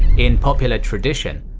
in popular tradition,